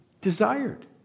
desired